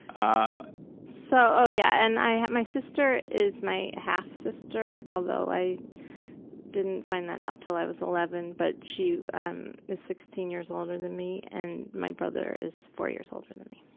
ah so, oh, yeah, and my sister is my half-sister, although i didn't find that out til i was eleven, but she um is sixteen years older than me and my brother is four years older than me.